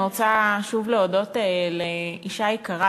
אני רוצה שוב להודות לאישה יקרה,